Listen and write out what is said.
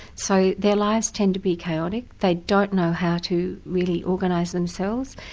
so their lives tend to be chaotic, they don't know how to really organise themselves.